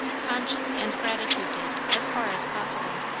conscience and gratitude did as far as possible.